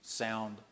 sound